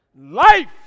Life